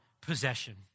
possession